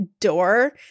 door